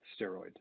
steroid